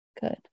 Good